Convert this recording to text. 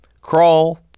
crawl